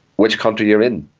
which country you're in,